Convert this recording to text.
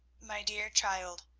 my dear child,